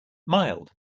mild